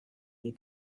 you